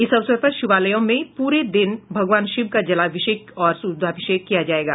इस अवसर पर शिवालयों में पूरे दिन भगवान शिव का जलाभिषेक और रूद्राभिषेक किया जायेगा